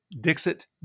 Dixit